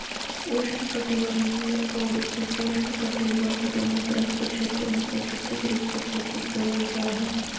उष्ण कटिबंधीय अउर उपोष्णकटिबंध दोनो तरह के क्षेत्र मे प्राकृतिक रूप से खेती करल जा हई